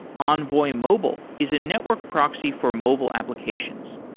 envoy mobile is a network proxy for mobile applications.